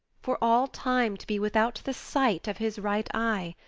for all time to be without the sight of his right eye!